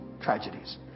tragedies